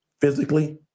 physically